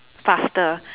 faster